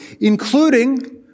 including